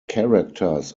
characters